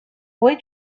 boy